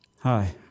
Hi